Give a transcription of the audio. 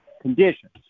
conditions